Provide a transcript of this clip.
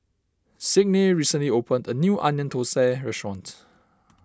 Signe recently opened a new Onion Thosai restaurant